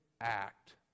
act